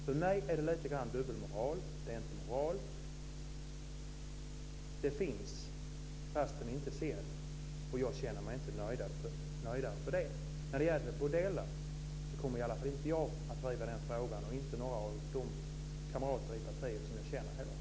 För mig är det en dubbelmoral. Det finns, fastän vi inte ser det. Jag känner mig inte mer nöjd för det. När det gäller bordeller kommer i alla fall inte jag att driva frågan, och inte heller några av de kamrater i partiet som jag känner.